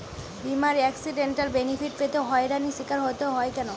বিমার accidental benefit পেতে হয়রানির স্বীকার হতে হয় কেন?